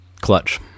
clutch